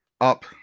Up